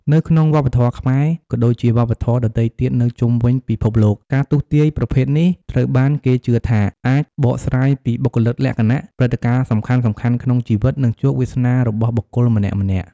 នៅក្នុងវប្បធម៌ខ្មែរ ក៏ដូចជាវប្បធម៌ដទៃទៀតនៅជុំវិញពិភពលោក ការទស្សន៍ទាយប្រភេទនេះត្រូវបានគេជឿថាអាចបកស្រាយពីបុគ្គលិកលក្ខណៈ ព្រឹត្តិការណ៍សំខាន់ៗក្នុងជីវិត និងជោគវាសនារបស់បុគ្គលម្នាក់ៗ។